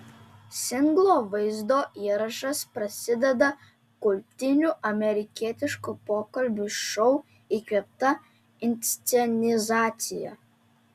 singlo vaizdo įrašas prasideda kultinių amerikietiškų pokalbių šou įkvėpta inscenizacija